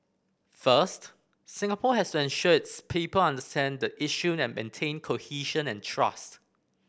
first Singapore has to ensure its people understand the issue and maintain cohesion and trust